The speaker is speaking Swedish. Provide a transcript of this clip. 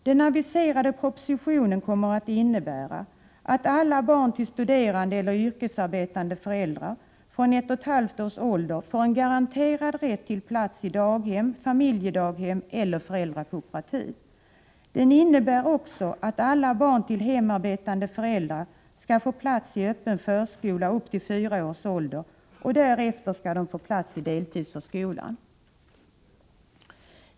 Den aviserade propositionen kommer att innebära att alla barn till studerande eller yrkesarbetande föräldrar från ett och ett halvt års ålder får en garanterad rätt till plats i daghem, familjedaghem eller föräldrakooperativ. Den innebär också att alla barn tilll hemarbetande föräldrar skall få plats i öppen förskola upp till fyra års ålder och därefter i deltidsförskola.